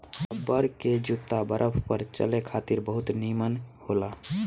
rubber के जूता बरफ पर चले खातिर बहुत निमन होला